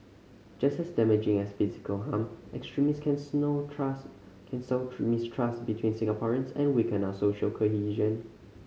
just as damaging as physical harm extremists can snow trust can sow mistrust between Singaporeans and weaken our social cohesion